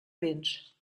béns